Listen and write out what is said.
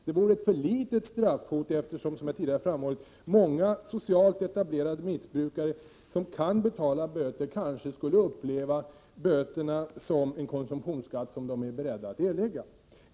Det vore ett för litet straffhot, eftersom, som jag tidigare framhållit, många socialt etablerade missbrukare som kan betala böter kanske skulle uppleva böterna som en konsumtionsskatt som de är beredda att erlägga.